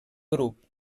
grup